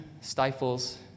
stifles